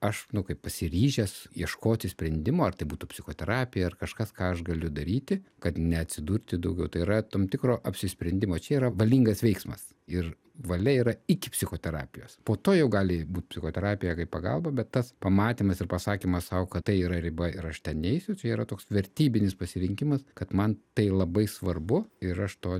aš nu kaip pasiryžęs ieškoti sprendimų ar tai būtų psichoterapija ar kažkas ką aš galiu daryti kad neatsidurti daugiau tai yra tam tikro apsisprendimo čia yra valingas veiksmas ir valia yra iki psichoterapijos po to jau gali būt psichoterapija kaip pagalba bet tas pamatymas ir pasakymas sau kad tai yra riba ir aš ten neisiu tai yra toks vertybinis pasirinkimas kad man tai labai svarbu ir aš to